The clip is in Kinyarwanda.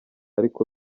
ariko